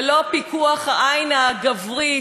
ללא פיקוח העין הגברית,